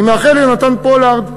אני מאחל ליונתן פולארד,